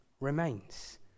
remains